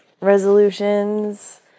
resolutions